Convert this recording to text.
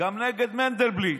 גם נגד מנדלבליט.